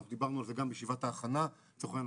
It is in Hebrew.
ודיברנו גם על זה בישיבת ההכנה - לצורך העניין,